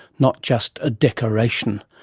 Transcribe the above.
not just decoration.